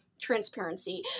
transparency